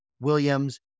Williams